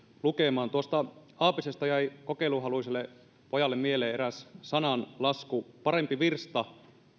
lukemaan tuosta aapisesta jäi kokeilunhaluiselle pojalle mieleen eräs sananlasku parempi virsta